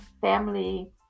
family